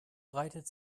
breitet